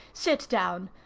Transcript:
sit down.